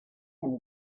him